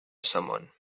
someone